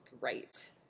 Right